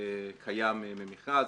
קיים ממכרז,